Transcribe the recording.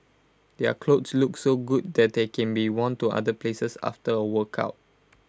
their clothes look so good that they can be worn to other places after A workout